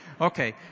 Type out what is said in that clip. Okay